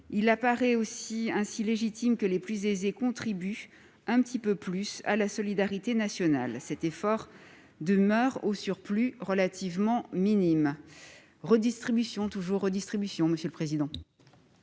Il apparaît ainsi légitime que les plus aisés contribuent un petit peu plus à la solidarité nationale. Cet effort demeure, au surplus, relativement minime. Redistribution, encore et toujours ! Quel est